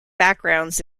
backgrounds